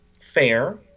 fair